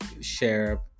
share